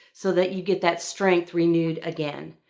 so that you get that strength renewed again.